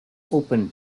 open